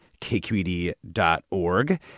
kqed.org